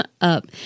up